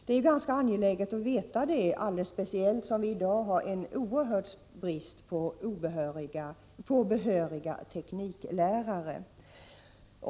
Det är ganska angeläget att veta det, alldeles speciellt som det i dag råder en oerhörd brist på behöriga tekniklärare.